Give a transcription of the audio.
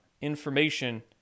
Information